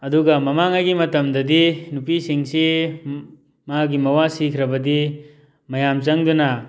ꯑꯗꯨꯒ ꯃꯃꯥꯡꯉꯩꯒꯤ ꯃꯇꯝꯗꯗꯤ ꯅꯨꯄꯤꯁꯤꯡꯁꯤ ꯃꯥꯒꯤ ꯃꯋꯥ ꯁꯤꯈ꯭ꯔꯕꯗꯤ ꯃꯌꯥꯝ ꯆꯪꯗꯨꯅ